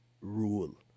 rule